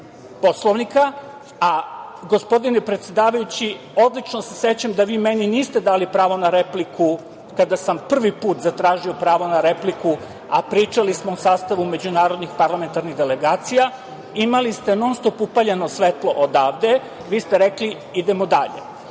Poslovnika. Gospodine predsedavajući odlično se sećam da vi meni niste dali pravo na repliku kada sam prvi put zatražio pravo na repliku, a pričalu smo o sastavu međunarodnih parlamentarnih organizacija. Imali ste non-stop upaljeno svetlo odavde. Vi ste rekli – idemo dalje.